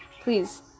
please